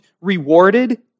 rewarded